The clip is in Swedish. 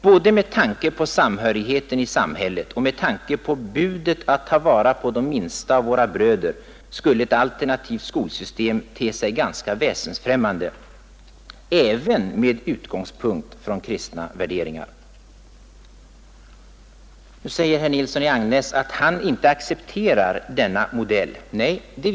Både med tanke på Nr 52 samhörigheten i samhället och med tanke på budet att ta vara på de Onsdagen den minsta av våra bröder skulle ett alternativt skolsystem te sig ganska 5 april 1972 väsensfrämmande — även med utgångspunkt i kristna värderingar. Nu säger herr Nilsson i Agnäs, att han inte accepterar denna modell för undervisning i religionskunskap.